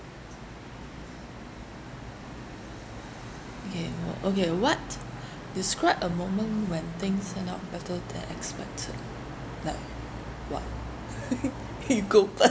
okay wha~ okay what describe a moment when things turn out better than expected like what you go first